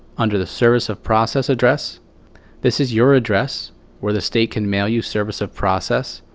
under the service of process address this is your address where the state can mail you service of process,